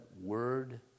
word